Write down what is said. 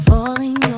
Falling